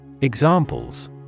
Examples